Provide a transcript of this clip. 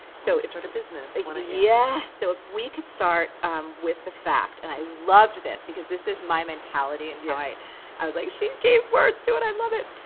so start a business, and wanna, yes. so if we could start with the fact, and i loved this because this is my mentality and how i i was like, she gave words to it. i love it.